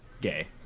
Gay